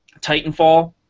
Titanfall